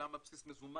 למה על בסיס מזומן,